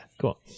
cool